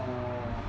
orh